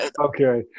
Okay